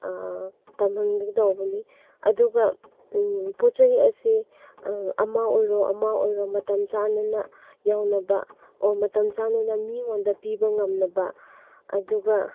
ꯇꯝꯍꯟꯒꯗꯧꯕꯅꯤ ꯑꯗꯨꯒ ꯄꯣꯠ ꯆꯩ ꯑꯁꯤ ꯑꯃ ꯑꯣꯏꯔꯣ ꯑꯃ ꯑꯣꯏꯔꯣ ꯃꯇꯝ ꯆꯥꯅꯅ ꯌꯧꯅꯕ ꯑꯣꯔ ꯃꯇꯝ ꯆꯥꯅꯅ ꯃꯤꯉꯣꯟꯗ ꯄꯤꯕ ꯉꯝꯅꯕ ꯑꯗꯨꯒ